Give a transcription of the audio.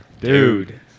Dude